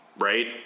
right